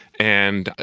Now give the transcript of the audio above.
and,